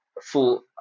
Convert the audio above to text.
full